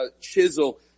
chisel